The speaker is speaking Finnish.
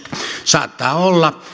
saattaa olla